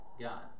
God